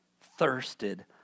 thirsted